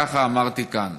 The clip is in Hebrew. ככה אמרתי כאן,